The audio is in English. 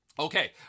Okay